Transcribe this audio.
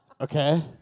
okay